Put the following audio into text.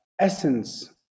essence